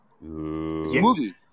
movie